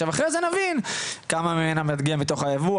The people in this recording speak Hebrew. אחרי זה נבין כמה מהזליגה הזו זה מתוך הייבוא,